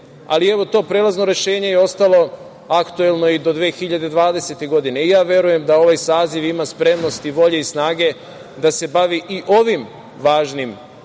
ali evo to prelazno rešenje je ostalo aktuelno i do 2020. godine, i ja verujem da ovaj Saziv ima spremnosti, volje i snage da se bavi i ovim važnim